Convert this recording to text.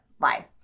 life